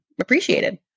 appreciated